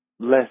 less